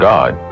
God